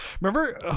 Remember